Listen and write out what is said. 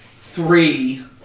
three